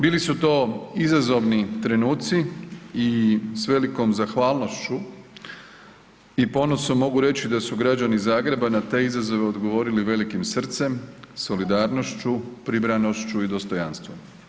Bili su to izazovni trenuci i s velikom zahvalnošću i ponosom mogu reći da su građani Zagreba na te izazove odgovorili velikim srcem, solidarnošću, pribranošću i dostojanstvom.